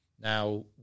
now